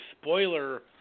spoiler